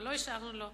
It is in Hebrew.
מה לא השארנו לו.